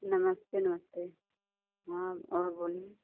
नमस्ते नमस्ते हँ और बोलिए